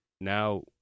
now